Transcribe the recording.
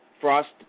frost